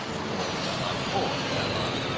poor fellow, poor fellow.